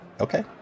okay